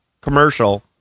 commercial